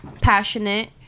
passionate